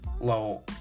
low